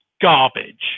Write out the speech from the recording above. garbage